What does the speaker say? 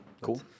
Cool